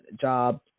job